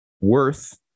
worth